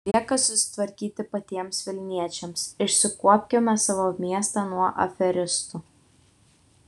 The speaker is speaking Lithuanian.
lieka susitvarkyti patiems vilniečiams išsikuopkime savo miestą nuo aferistų